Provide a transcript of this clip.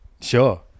Sure